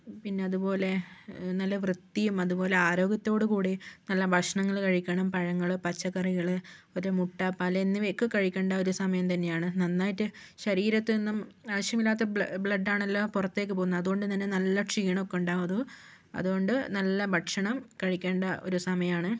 പിന്നെ അതുപോലെ നല്ല വൃത്തിയും അതുപോലെ ആരോഗ്യത്തോടു കൂടി നല്ല ഭക്ഷണങ്ങള് കഴിക്കണം പഴങ്ങള് പച്ചക്കറികള് ഒരു മുട്ട പാല് എന്നിവയൊക്കെ കഴിക്കണ്ട ഒരു സമയം തന്നെ ആണ് നന്നായിട്ട് ശരീരത്തിൽ നിന്നും ആവശ്യമില്ലാത്ത ബ്ലഡ് ആണല്ലോ പൊറത്തേക്ക് പോകുന്നത് അതുകൊണ്ട് തന്നെ നല്ല ക്ഷീണൊക്കെ ഉണ്ടാവും അത് അതുകൊണ്ട് നല്ല ഭക്ഷണം കഴിക്കേണ്ട ഒരു സമയമാണ്